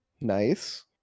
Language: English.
Nice